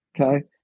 okay